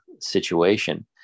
situation